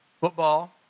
football